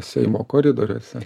seimo koridoriuose